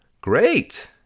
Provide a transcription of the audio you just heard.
Great